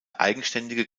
eigenständige